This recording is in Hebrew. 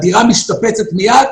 הדירה משתפצת מייד,